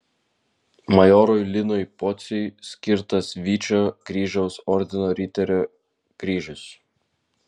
majorui linui pociui skirtas vyčio kryžiaus ordino riterio kryžius